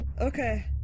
Okay